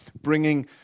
bringing